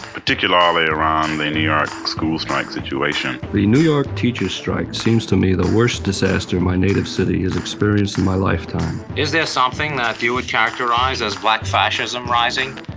particularly around the new york school strike situation the new york teachers strike seems to me the worst disaster my native city has experienced in my lifetime is there something that you would characterize as black fascism rising?